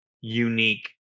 unique